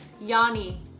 Yanni